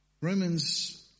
Romans